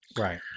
Right